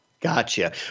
Gotcha